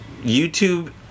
YouTube